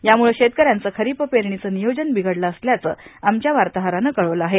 यामूळं शेतकऱ्यांचं खरीप पेरणीचं नियोजन बिघडलं असल्याचं आमच्या वार्ताहरानं कळवलं आहे